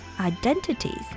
identities